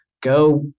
go